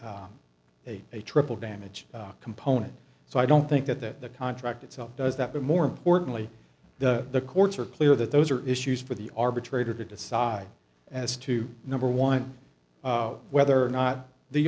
a a triple damage component so i don't think that that the contract itself does that but more importantly the courts are clear that those are issues for the arbitrator to decide as to number one whether or not the